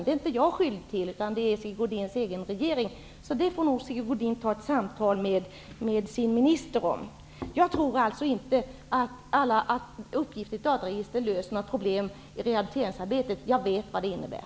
Den är inte jag skyldig till utan Sigge Godins egen regering, så den saken får han tala med sin minister om. Jag tror alltså inte att uppgifterna i ett dataregister löser några problem i rehabiliteringsarbetet. Jag vet vad det innebär.